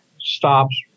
stops